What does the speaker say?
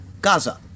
Gaza